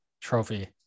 trophy